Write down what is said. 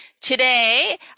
Today